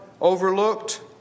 overlooked